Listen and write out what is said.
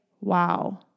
wow